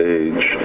age